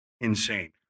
insane